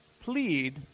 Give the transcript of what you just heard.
Plead